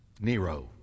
Nero